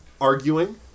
arguing